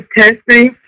testing